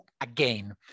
again